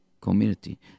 community